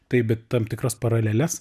taip bet tam tikras paraleles